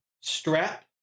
strap